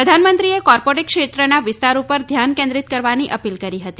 પ્રધાનમંત્રીએ કોર્પોરેટ ક્ષેત્રના વિસ્તાર ઉપર ધ્યાન કેન્દ્રિત કરવાની અપીલ કરી હતી